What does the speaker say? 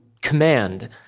command